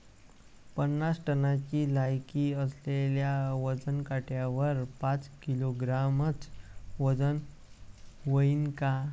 पन्नास टनची लायकी असलेल्या वजन काट्यावर पाच किलोग्रॅमचं वजन व्हईन का?